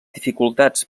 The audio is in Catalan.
dificultats